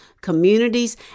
communities